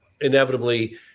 inevitably